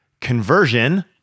conversion